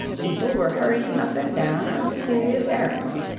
people were hurrying up and down on mysterious errands.